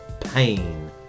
Pain